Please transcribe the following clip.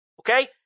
Okay